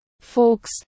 folks